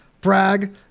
brag